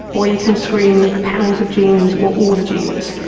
or you can screen panels of genes or all the genes,